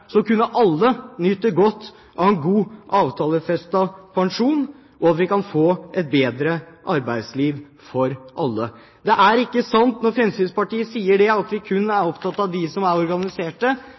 kunne alle nyte godt av en god avtalefestet pensjon, slik at vi kan få et bedre arbeidsliv for alle. Det er ikke sant når Fremskrittspartiet sier at vi kun er